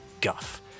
guff